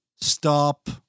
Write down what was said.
stop